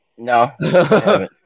No